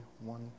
one